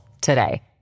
today